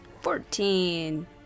Fourteen